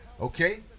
okay